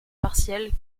partielle